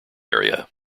area